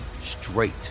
straight